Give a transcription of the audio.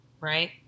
Right